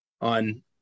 on